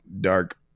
dark